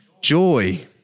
joy